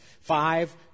five